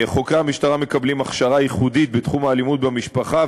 חוקרי המשטרה מקבלים הכשרה ייחודית בתחום האלימות במשפחה,